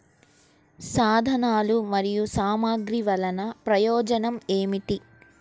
సాధనాలు మరియు సామగ్రి వల్లన ప్రయోజనం ఏమిటీ?